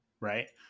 Right